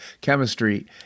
chemistry